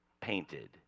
painted